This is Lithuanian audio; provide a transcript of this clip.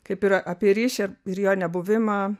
kaip yra apie ryšį ir jo nebuvimą